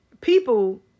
people